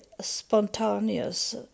spontaneous